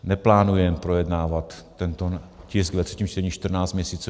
Neplánujeme projednávat tento tisk ve třetím čtení 14 měsíců.